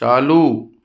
चालू